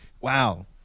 wow